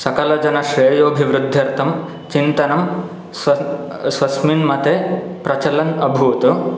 सकलजनश्रेयोभिवृद्ध्यर्थं चिन्तनं स्वस् स्वस्मिन् मते प्रचलन् अभूत्